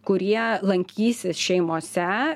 kurie lankysis šeimose